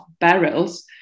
barrels